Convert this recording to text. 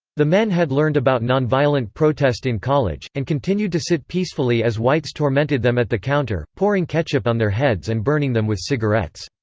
the men had learned about non-violent protest in college, and continued to sit peacefully as whites tormented them at the counter, pouring ketchup on their heads and burning them with cigarettes.